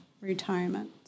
retirement